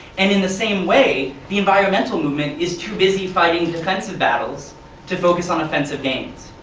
and in the same way, the environmental movement is too busy fighting defensive battles to focus on offensive gains.